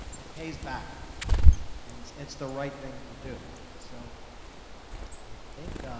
it pays back and it's the right thing to do, so i think